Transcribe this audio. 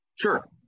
Sure